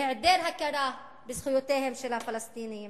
בהיעדר הכרה בזכויותיהם של הפלסטינים